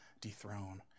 dethrone